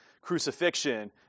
crucifixion